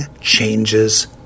changes